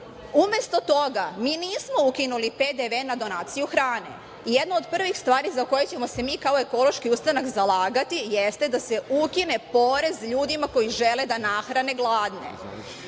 odluku. Umesto toga, mi nismo ukinuli PDV na donaciju hrane i jedno od prvih stvari za koje ćemo se mi kao Ekološki ustanak zalagati jeste da se ukine porez ljudima koji žele da nahrane gladne